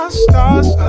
stars